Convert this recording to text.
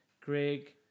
Greg